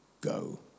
go